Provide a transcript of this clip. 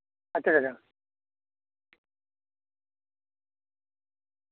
ᱟᱪᱪᱷᱟ ᱟᱪᱪᱷᱟ